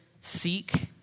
seek